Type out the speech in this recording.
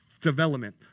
development